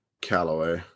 Callaway